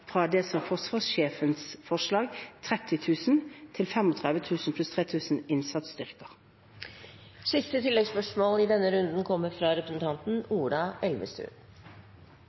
fra det som var forsvarssjefens forslag på 30 000, til 35 000 pluss 3 000 innsatsstyrker. Ola Elvestuen